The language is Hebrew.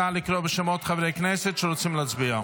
נא לקרוא בשמות חברי הכנסת שרוצים להצביע.